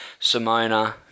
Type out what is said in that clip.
Simona